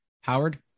Howard